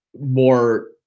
more